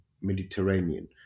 Mediterranean